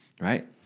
right